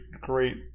great